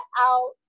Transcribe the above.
out